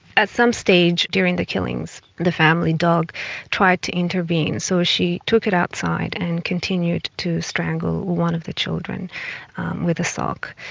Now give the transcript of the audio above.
at some stage during the killings the family dog tried to intervene, so she took it outside and continued to strangle one of the children with a sock.